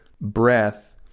breath